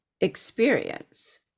experience